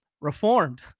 reformed